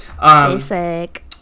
Basic